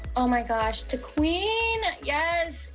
oh, my gosh, the queen, yes.